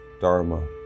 Dharma